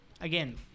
Again